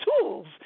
tools